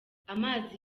amazi